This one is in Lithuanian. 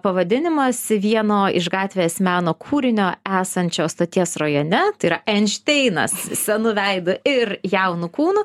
pavadinimas vieno iš gatvės meno kūrinio esančio stoties rajone tai yra einšteinas senu veidu ir jaunu kūnu